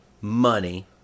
money